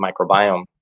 microbiome